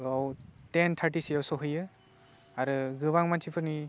आव टेन टार्टिसोआव सौहैयो आरो गोबां मानसिफोरनि